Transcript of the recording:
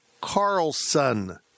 Carlson